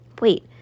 wait